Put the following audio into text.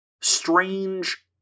strange